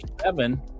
seven